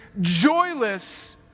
joyless